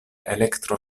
elektro